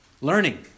learning